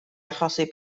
achosi